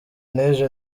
n’ejo